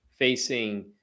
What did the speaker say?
Facing